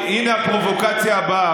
הינה הפרובוקציה הבאה.